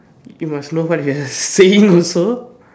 you must know what you are saying also